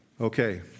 Okay